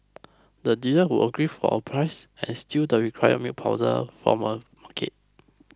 the dealer would agree to a price then steal the required milk powder from a supermarket